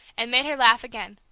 and made her laugh again.